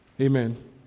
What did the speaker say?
Amen